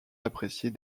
appréciée